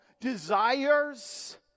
desires